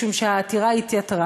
משום שהעתירה התייתרה,